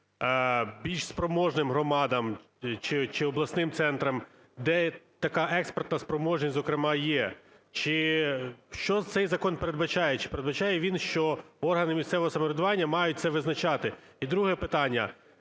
більш спроможним громадам, чи обласним центрам, де така експертна спроможність, зокрема, є? Що цей закон передбачає? Чи передбачає він, що органи місцевого самоврядування мають це визначати? І друге питання.